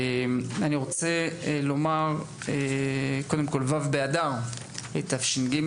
היום ו' באדר תשפ"ג.